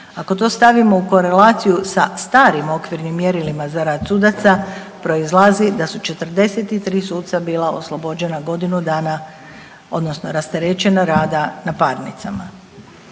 Ako to stavimo u korelaciju sa starim okvirnim mjerilima za rad sudaca, proizlazi da su 43 suca bila oslobođena godinu dana, odnosno rasterećena rada na parnicama.